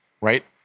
right